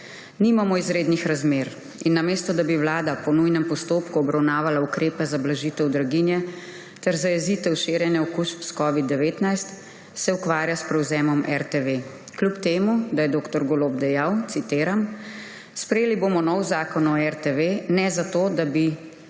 Nimamo izrednih razmer in namesto da bi Vlada po nujnem postopku obravnavala ukrepe za blažitve draginje ter zajezitev širjenja okužb s covidom-19, se ukvarja s prevzemom RTV. Kljub temu da je dr. Golob dejal, citiram: »Sprejeli bomo nov zakon o RTV. Ne zato, da bi